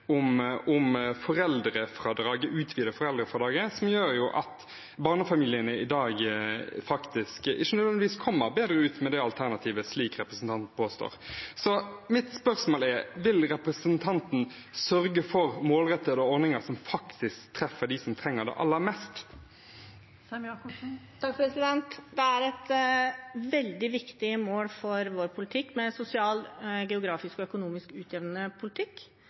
om å utvide foreldrefradraget, som gjør at barnefamiliene i dag ikke nødvendigvis kommer bedre ut med det alternativet, slik representanten påstår. Så mitt spørsmål er: Vil representanten sørge for målrettede ordninger, som faktisk treffer dem som trenger det aller mest? Det er et veldig viktig mål for vår politikk at den er sosialt, geografisk og økonomisk utjevnende,